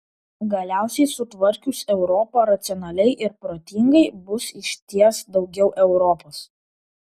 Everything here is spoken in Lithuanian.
galiausiai sutvarkius europą racionaliai ir protingai bus išties daugiau europos